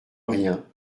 rien